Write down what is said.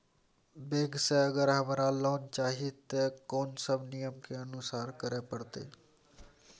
Bank से अगर हमरा लोन चाही ते कोन सब नियम के अनुसरण करे परतै?